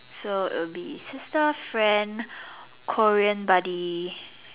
so it will be sister friend Korean buddy